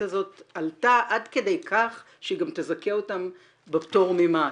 הזאת עלתה עד כדי כך שהיא גם תזכה אותם בפטור ממס.